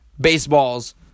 baseball's